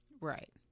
Right